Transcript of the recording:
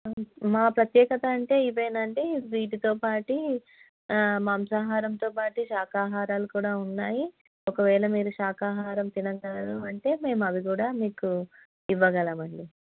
మా ప్రత్యేకత అంటే ఇవేనండి వీటితో పాటు మాంసాహారంతో పాటు శాకాాహారాలు కూడా ఉన్నాయి ఒకవేళ మీరు శాకాహారం తినగలను అంటే మేము అవి కూడా మీకు ఇవ్వగలమండి